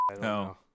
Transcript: No